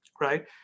right